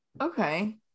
Okay